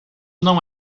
não